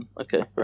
Okay